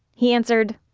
he answered,